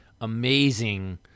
amazing